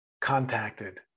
contacted